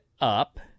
up